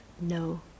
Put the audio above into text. no